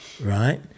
right